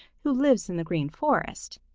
who lives in the green forest.